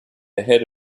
ahead